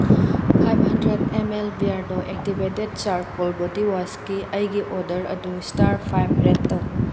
five hundred M L ꯕꯤꯌꯔꯗꯣ activated charcoal ꯕꯣꯗꯤꯋꯥꯁꯀꯤ ꯑꯩꯒꯤ ꯑꯣꯔꯗꯔ ꯑꯗꯨ ꯏꯁꯇꯥꯔ ꯐꯥꯏꯞ ꯔꯦꯠ ꯇꯧ